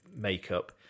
makeup